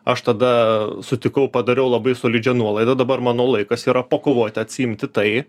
aš tada sutikau padariau labai solidžią nuolaidą dabar mano laikas yra pakovoti atsiimti tai